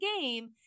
game